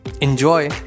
Enjoy